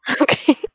Okay